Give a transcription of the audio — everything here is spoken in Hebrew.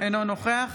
אינו נוכח